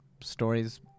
stories